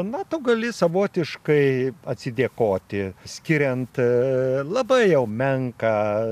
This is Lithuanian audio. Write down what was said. na tu gali savotiškai atsidėkoti skiriant labai jau menką